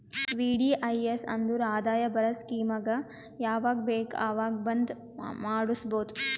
VDIS ಅಂದುರ್ ಆದಾಯ ಬರದ್ ಸ್ಕೀಮಗ ಯಾವಾಗ ಬೇಕ ಅವಾಗ್ ಬಂದ್ ಮಾಡುಸ್ಬೋದು